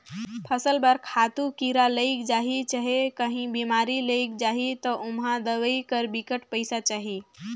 फसल बर खातू, कीरा लइग जाही चहे काहीं बेमारी लइग जाही ता ओम्हां दवई बर बिकट पइसा चाही